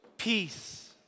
Peace